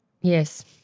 Yes